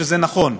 שזה נכון,